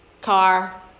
car